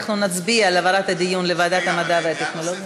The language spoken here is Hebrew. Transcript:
אנחנו נצביע על העברת הדיון לוועדת המדע והטכנולוגיה.